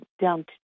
down